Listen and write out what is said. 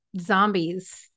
zombies